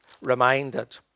reminded